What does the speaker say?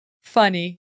Funny